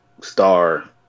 star